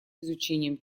изучением